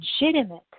legitimate